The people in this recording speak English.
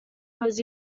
was